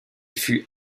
fut